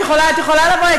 את יכולה לבוא.